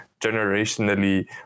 generationally